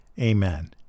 Amen